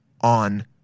on